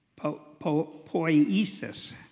poiesis